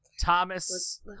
Thomas